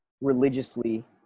religiously